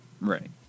right